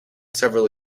several